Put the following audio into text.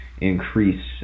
increase